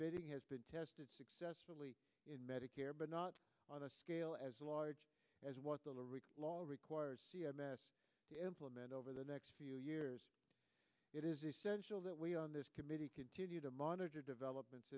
bidding has been tested successfully in medicare but not on a scale as large as what the real law requires c m s to implement over the next few years it is essential that we on this committee continue to monitor developments